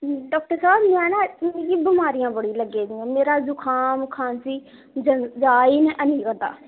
doctor साह्ब में ना मिगी बमारियां बड़ियां लग्गी दियां मेरा जुकाम खांसी जा निं करदा